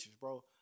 bro